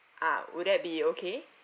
ah would that be okay